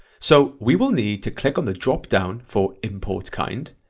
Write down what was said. so we will need to click on the drop down for import kind,